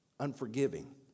Unforgiving